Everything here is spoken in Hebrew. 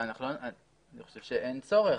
אני חושב שאין צורך.